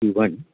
C one